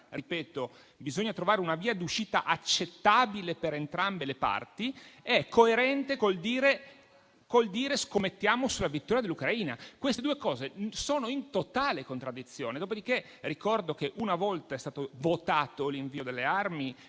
- bisogna trovare una via d'uscita accettabile per entrambe le parti - è coerente con il dire che scommettiamo sulla vittoria dell'Ucraina. Queste due cose sono in totale contraddizione. Ricordo quindi che una volta è stato votato l'invio delle armi.